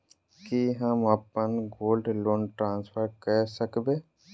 की हम अप्पन gold loan transfer करऽ सकबै?